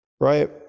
right